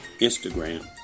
Instagram